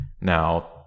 Now